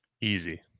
Easy